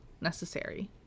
necessary